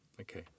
Okay